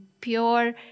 pure